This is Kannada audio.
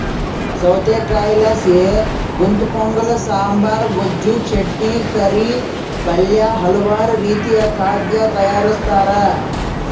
ಸೌತೆಕಾಯಿಲಾಸಿ ಗುಂತಪೊಂಗಲ ಸಾಂಬಾರ್, ಗೊಜ್ಜು, ಚಟ್ನಿ, ಕರಿ, ಪಲ್ಯ ಹಲವಾರು ರೀತಿಯ ಖಾದ್ಯ ತಯಾರಿಸ್ತಾರ